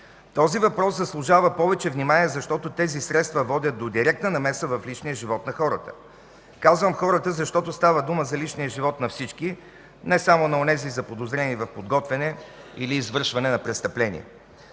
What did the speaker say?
Този въпрос заслужава повече внимание, защото тези средства водят до директна намеса в личния живот на хората. Казвам „хората”, защото става дума за личния живот на всички, не само на онези, заподозрени в подготвяне или извършване на престъпление.